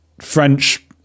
French